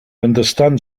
understand